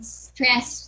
stress